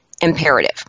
imperative